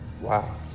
Wow